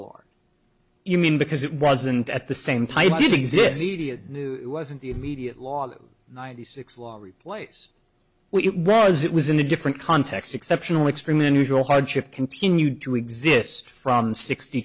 d you mean because it wasn't at the same type exist it wasn't the immediate law ninety six law replace it was it was in a different context exceptional extremely unusual hardship continued to exist from sixty